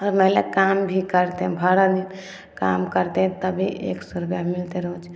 महिला काम भी करतै काम करतै तभी एक सए रुपैया मिलतै रोज